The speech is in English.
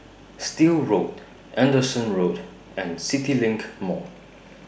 Still Road Anderson Road and CityLink Mall